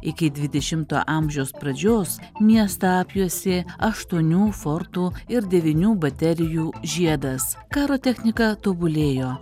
iki dvidešimto amžiaus pradžios miestą apjuosė aštuonių fortų ir devynių baterijų žiedas karo technika tobulėjo